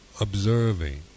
observing